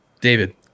david